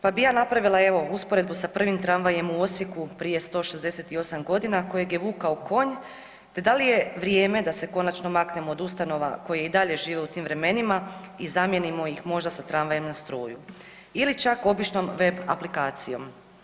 Pa bi ja napravila evo usporedbu sa prvim tramvajem u Osijeku prije 168 godina kojeg je vukao konj te da li je vrijeme da se konačno maknemo od ustanova koje i dalje žive u tim vremenima i zamijenimo ih možda sa tramvajem na struju ili čak običnom web aplikacijom.